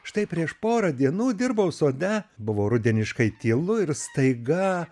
štai prieš porą dienų dirbau sode buvo rudeniškai tylu ir staiga